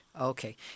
Okay